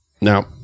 now